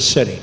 the city